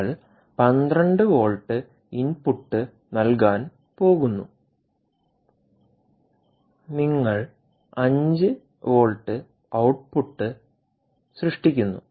നിങ്ങൾ 12 volt input നൽകാൻ പോകുന്നു നിങ്ങൾ 5 വോൾട്ട് ഔട്ട്പുട്ട് സൃഷ്ടിക്കുന്നു